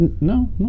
No